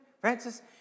Francis